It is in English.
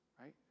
right